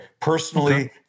personally